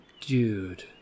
Dude